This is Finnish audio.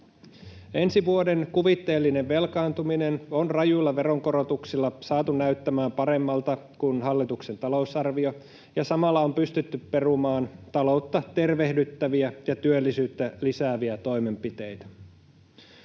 Ensi vuoden kuvitteellinen velkaantuminen on rajuilla veronkorotuksilla saatu näyttämään paremmalta kuin hallituksen talousarvio ja samalla on pystytty perumaan taloutta tervehdyttäviä ja työllisyyttä lisääviä toimenpiteitä.